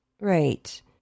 Right